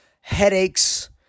headaches